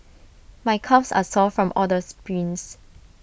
my calves are sore from all the sprints